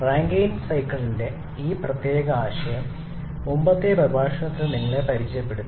Rankine സൈക്കിളിന്റെ ഈ പ്രത്യേക ആശയം മുമ്പത്തെ പ്രഭാഷണത്തിൽ നിങ്ങളെ പരിചയപ്പെടുത്തി